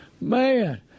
man